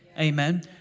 Amen